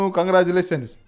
Congratulations